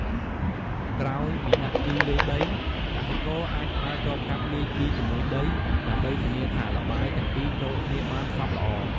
ក្រោយពីដាក់ជីលើដី កសិករអាចប្រើចបកាប់លាយជីជាមួយដី ដើម្បីធានាថាល្បាយទាំងពីរចូលគ្នាបានសព្វល្អ។